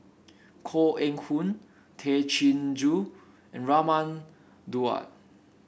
Koh Eng Hoon Tay Chin Joo and Raman Daud